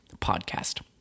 podcast